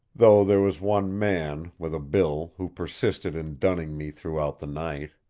though there was one man, with a bill, who persisted in dunning me throughout the night.